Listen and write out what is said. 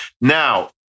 Now